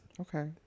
okay